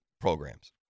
programs